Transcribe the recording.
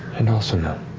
and also know,